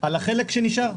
על החלק שנשאר.